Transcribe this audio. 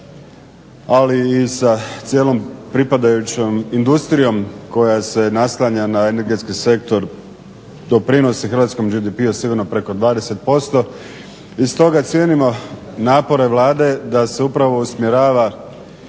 ali i sa cijelom pripadajućom industrijom koja se naslanja na energetski sektor doprinosi hrvatskom GDP-u sigurno preko 20% i stoga cijenimo napore Vlade da se upravo usmjerava